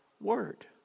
word